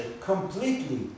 completely